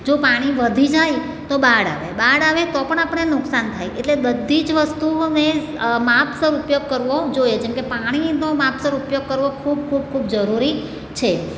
જો પાણી વધી જાય તો બાઢ આવે બાઢ આવે તો પણ આપણે નુકસાન થાય એટલે બધી જ વસ્તુઓને માપસર ઊપયોગ કરવો જોઈએ જેમકે પાણીનો માપસર ઉપયોગ કરવો ખૂબ ખૂબ ખૂબ જરૂરી છે